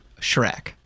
Shrek